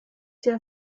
der